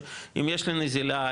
שאם יש לי נזילה,